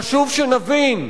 חשוב שנבין: